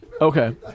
Okay